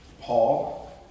Paul